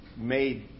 made